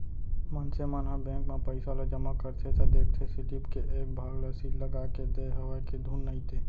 मनसे मन ह बेंक म पइसा ल जमा करथे त देखथे सीलिप के एक भाग ल सील लगाके देय हवय के धुन नइते